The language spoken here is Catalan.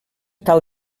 tal